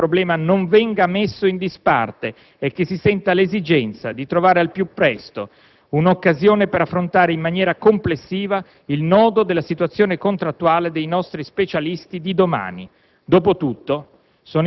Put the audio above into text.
Confido, tuttavia, che il problema non venga messo in disparte e che si senta l'esigenza di trovare, al più presto, l'occasione per affrontare in maniera complessiva il nodo della situazione contrattuale dei nostri specialisti di domani.